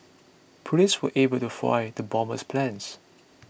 police were able to foil the bomber's plans